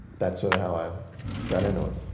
that's sort of how i got into it.